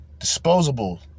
Disposable